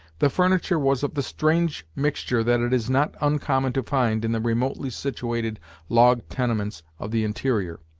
the furniture was of the strange mixture that it is not uncommon to find in the remotely situated log-tenements of the interior.